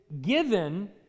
given